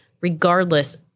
regardless